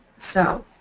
so,